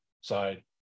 side